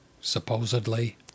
supposedly